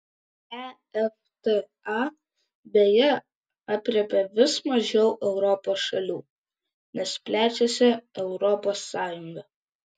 efta beje aprėpia vis mažiau europos šalių nes plečiasi europos sąjunga